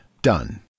Done